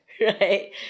right